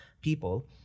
people